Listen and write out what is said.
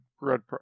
Red